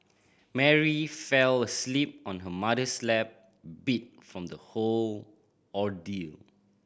Mary fell asleep on her mother's lap beat from the whole ordeal